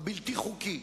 הבלתי-חוקי,